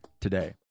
today